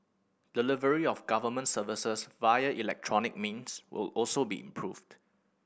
delivery of government services via electronic means will also be improved